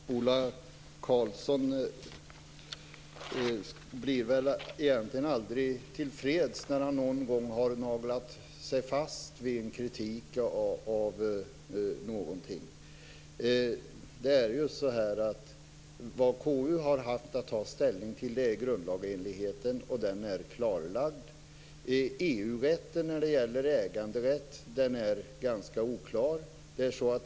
Herr talman! Ola Karlsson blir väl egentligen aldrig till freds när han någon gång har naglat sig fast vid en kritik av någonting. Vad KU har haft att ta ställning till är grundlagsenligheten, och den är klarlagd. EU-rätten när det gäller äganderätt är ganska oklar.